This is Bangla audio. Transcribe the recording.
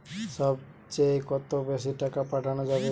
সব চেয়ে কত বেশি টাকা পাঠানো যাবে?